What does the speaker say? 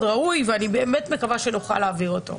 ראוי ואני באמת מקווה שנוכל להעביר אותו.